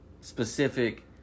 specific